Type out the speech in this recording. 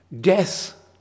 death